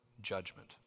judgment